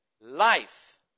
life